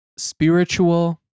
spiritual